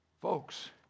Folks